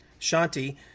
Shanti